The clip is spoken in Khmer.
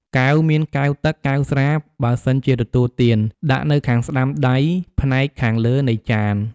កែវ មានកែវទឹក កែវស្រា បើសិនជាទទួលទាន ដាក់នៅខាងស្ដាំដៃផ្នែកខាងលើនៃចាន។